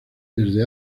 desde